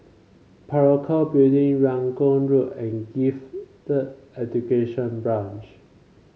Parakou Building Rangoon Road and Gifted Education Branch